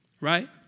right